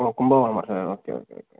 ஓ கும்பகோணமா sir okay okay okay